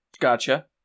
Gotcha